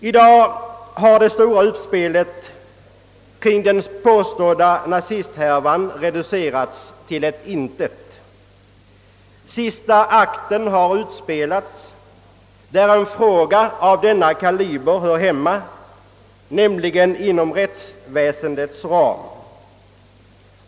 I dag har det stora utspelet kring den påstådda nazisthärvan reducerats till ett intet. Sista akten har gått av stapeln där en fråga av denna kaliber hör hemma, nämligen inom rättsväsendets ram.